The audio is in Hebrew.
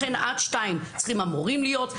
לכן עד 14:00 צריכים המורים להיות,